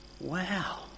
Wow